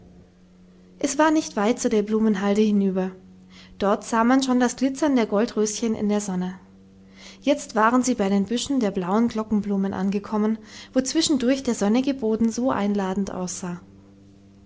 es war nicht weit zu der blumenhalde hinüber dort sah man schon das glitzern der goldröschen in der sonne jetzt waren sie bei den büschen der blauen glockenblumen angekommen wo zwischendurch der sonnige boden so einladend aussah